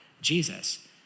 Jesus